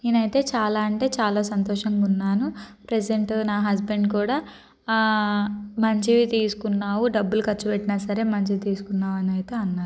నేనైతే చాలా అంటే చాలా సంతోషంగా ఉన్నాను ప్రసెంట్ నా హస్బెండ్ కూడా మంచివి తీసుకున్నావు డబ్బులు ఖర్చు పెట్టినా సరే మంచివి తీసుకున్నాను అని అయితే అన్నారు